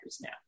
now